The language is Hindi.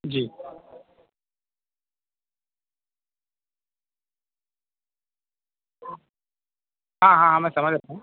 जी हाँ हाँ हाँ मैं समझ रहा हूँ